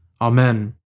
Amen